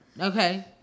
Okay